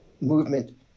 movement